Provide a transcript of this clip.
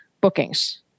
bookings